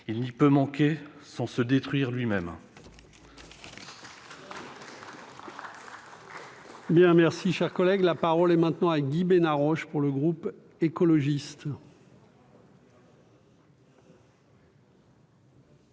Il n'y peut manquer sans se détruire lui-même.